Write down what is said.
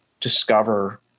discover